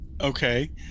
okay